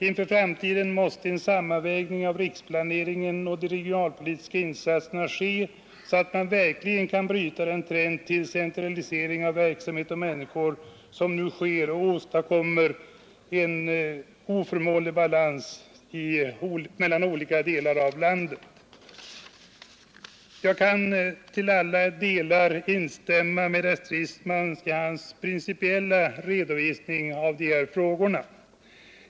Inför framtiden måste en sammanvägning av riksplaneringen och de regionalpolitiska insatserna ske, så att man verkligen kan bryta den trend till centralisering av verksamhet och människor som nu sker och som åstadkommer en oförmånlig balans mellan olika delar av landet. Jag kan till alla delar instämma i herr Stridsmans principiella redovisning avseende dessa frågor.